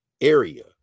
area